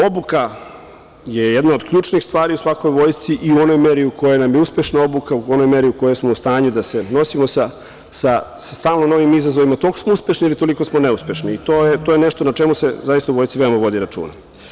Obuka je jedna od ključnih stvari u svakoj vojsci i u onoj meri u kojoj nam je uspešna obuka, u onoj meri u kojoj smo u stanju da se nosimo sa stalno novim izazovima, toliko smo uspešni ili toliko smo neuspešni i to je nešto na čemu se zaista u vojsci veoma vodi računa.